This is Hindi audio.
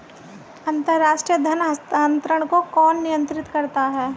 अंतर्राष्ट्रीय धन हस्तांतरण को कौन नियंत्रित करता है?